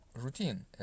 routine